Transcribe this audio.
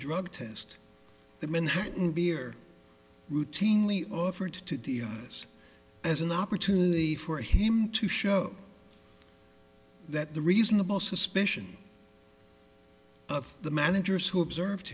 drug test the men hatten beer routinely offered to diaz as an opportunity for him to show that the reasonable suspicion of the managers who observed